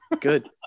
Good